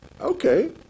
okay